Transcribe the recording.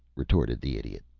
retorted the idiot.